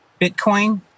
Bitcoin